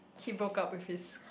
he broke up with his